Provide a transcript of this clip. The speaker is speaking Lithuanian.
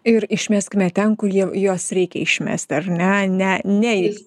ir išmeskime ten kur jie juos reikia išmesti ar ne ne ne į